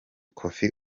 koffi